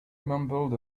mumbled